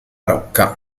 rocca